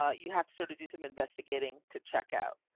ah you have to sort of do some investigating to check out.